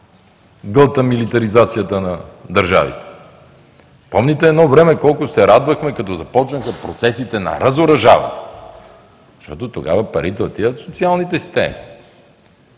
гълта милитаризацията на държавите. Помните, едно време колко се радвахме като започнаха процесите на разоръжаване, защото тогава парите отиват в социалните системи.